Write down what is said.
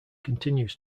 continues